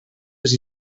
les